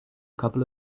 couple